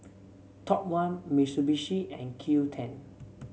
Top One Mitsubishi and Qoo ten